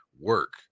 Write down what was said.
work